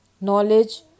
Knowledge